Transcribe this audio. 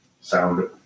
sound